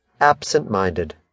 absent-minded